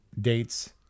dates